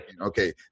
okay